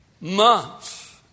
months